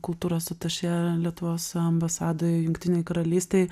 kultūros atašė lietuvos ambasadoj jungtinėj karalystėj